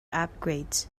upgrades